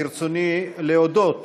ברצוני להודות